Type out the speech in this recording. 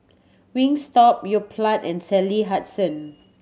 Wingstop Yoplait and Sally Hansen